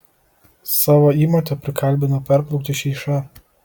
savo įmotę prikalbino perplaukti šyšą